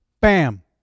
bam